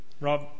Rob